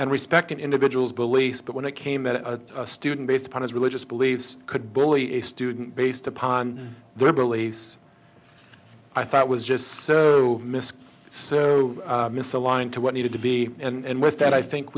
and respect an individual's beliefs but when it came that a student based upon his religious beliefs could bully a student based upon their beliefs i thought was just so misc so misaligned to what needed to be and with that i think